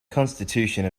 constitution